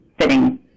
fitting